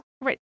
right